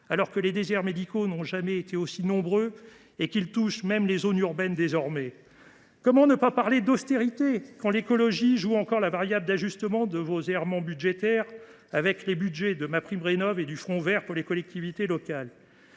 alors que les déserts médicaux n’ont jamais été aussi nombreux et que même les zones urbaines désormais sont touchées ? Comment ne pas parler d’austérité quand l’écologie sert encore de variable d’ajustement de vos errements budgétaires – je pense aux budgets de MaPrimeRénov’ et au fonds vert pour les collectivités locales ?